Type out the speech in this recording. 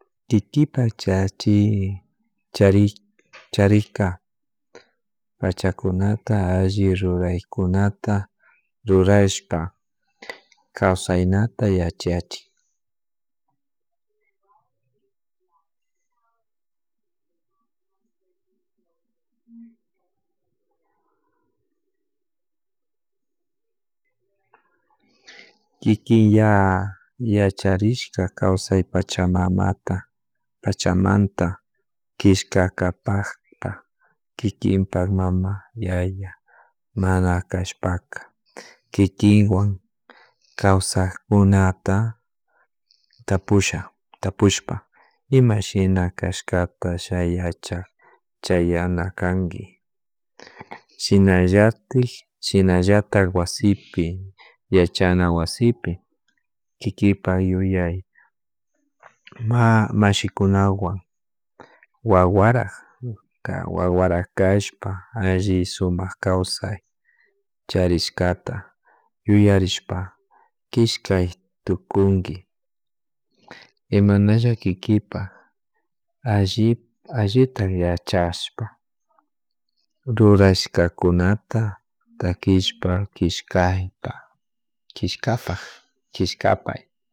Kikipak chachi charik charika pachakunata alli ruraykunata rurashpa kawsaynata yachachik kikin ña yacharishka kawsay pachamata pachamanta kishkakapakta kikinta mama yaya mana kashpaka kikiwan kawsak kunata tapusha tapushpa ima shina kashkata shayacha chayanakanki shinayatik shinallatak wasipi, yachana wasipi, kikipay yuyay mashikunawan wawarak wawarak kashpa alli sumak kawsay charishkata yuyarishpa kishkay tukunki imanalla kikinpak alli allita yachashpa rurashkakunata takishpa kishkaypa kishkapak chishkapay